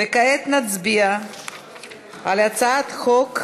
וכעת נצביע על הצעת חוק